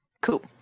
Cool